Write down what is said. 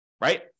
right